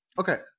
Okay